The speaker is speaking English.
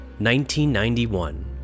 1991